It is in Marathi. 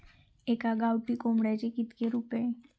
एका गावठी कोंबड्याचे कितके रुपये?